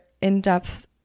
in-depth